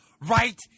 right